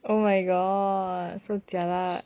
oh my god so jialat